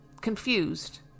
confused